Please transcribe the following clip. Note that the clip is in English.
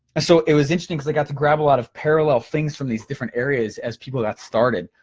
so it was interesting cause i got to grab a lot of parallel things from these different areas as people got started.